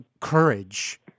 courage